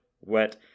wet